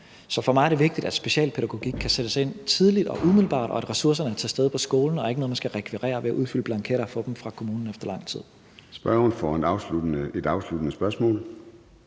Så for mig er det vigtigt, at specialpædagogik kan sættes ind tidligt og umiddelbart, og at ressourcerne er til stede på skolen og ikke er noget, man skal rekvirere ved at udfylde blanketter og få dem fra kommunen efter lang tid. Kl. 14:07 Formanden (Søren